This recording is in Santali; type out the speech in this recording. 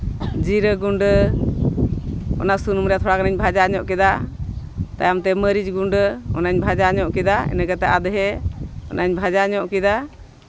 ᱡᱤᱨᱟᱹ ᱜᱩᱰᱟᱹ ᱚᱱᱟ ᱥᱩᱱᱩᱢ ᱨᱮ ᱛᱷᱚᱲᱟ ᱜᱟᱹᱱᱤᱧ ᱵᱷᱟᱡᱟ ᱧᱚᱜ ᱠᱮᱫᱟ ᱛᱟᱭᱚᱢ ᱛᱮ ᱢᱟᱹᱨᱤᱪ ᱜᱩᱰᱟᱹ ᱚᱱᱟᱧ ᱵᱷᱟᱡᱟ ᱧᱚᱜ ᱠᱮᱫᱟ ᱤᱱᱟᱹ ᱠᱟᱛᱮᱫ ᱟᱫᱷᱮ ᱚᱱᱟᱧ ᱵᱷᱟᱡᱟ ᱧᱚᱜ ᱠᱮᱫᱟ